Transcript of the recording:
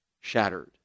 shattered